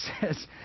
says